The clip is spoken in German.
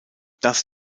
das